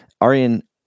Arian